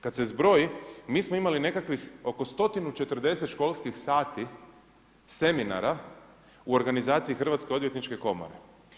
Kada se zbroji, mi smo imali nekakvih oko 140 školskih sati seminara u organizaciji Hrvatske odvjetničke komore.